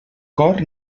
cor